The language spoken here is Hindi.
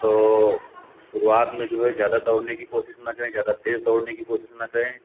तो शुरुआत में जो है ज़्यादा दौड़ने की कोशिश ना करें ज़्यादा तेज़ दौड़ने की कोशिश ना करें